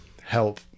help